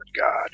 god